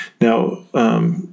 Now